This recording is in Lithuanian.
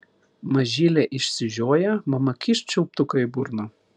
mažylė išsižioja mama kyšt čiulptuką į burną